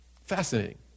Fascinating